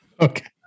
Okay